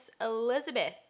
Elizabeth